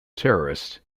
terrorist